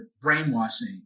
brainwashing